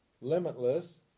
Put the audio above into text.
limitless